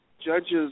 Judges